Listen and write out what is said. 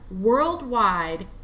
worldwide